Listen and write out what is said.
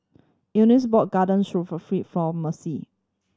Anice bought Garden Stroganoff for Mercy